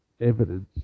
evidence